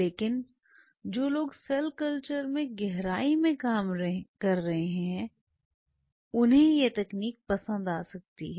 लेकिन जो लोग सेल कल्चर में गहराई में काम कर रहे हैं वे इस तकनीक को पसंद कर सकते हैं